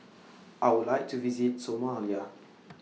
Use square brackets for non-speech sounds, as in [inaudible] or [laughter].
[noise] I Would like to visit Somalia